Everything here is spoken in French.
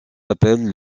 appellent